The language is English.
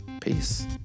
Peace